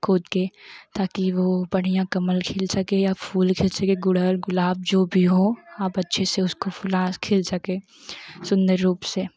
खोदकर ताकि वह बढ़िया कमल खिल सके या फूल खिल सके गुड़हल गुलाब जो भी हो आप अच्छे से उसको फुला खिल सके सुन्दर रूप से